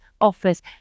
offers